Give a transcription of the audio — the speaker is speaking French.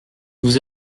vous